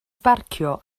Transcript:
barcio